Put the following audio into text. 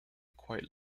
quite